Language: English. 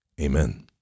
amen